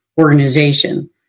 organization